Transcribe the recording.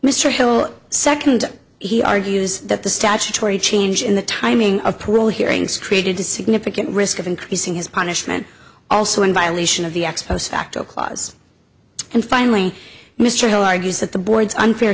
mr hill second he argues that the statutory change in the timing of parole hearings created a significant risk of increasing his punishment also in violation of the ex post facto clause and finally mr hill argues that the board's unfair